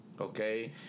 Okay